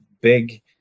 big